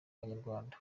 banyarwanda